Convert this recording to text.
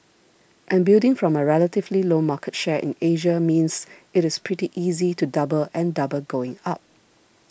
and building from a relatively low market share in Asia means it is pretty easy to double and double going up